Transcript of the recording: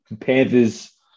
Panthers